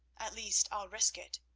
at least i'll risk it.